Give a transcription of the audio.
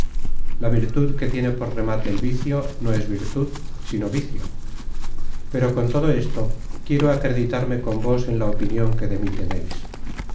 la virtud que tiene por remate el vicio no es virtud sino vicio pero con todo esto quiero acreditarme con vos en la opinion que de mí teneis